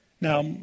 Now